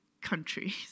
countries